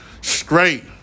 straight